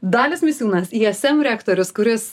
dalius misiūnas ism rektorius kuris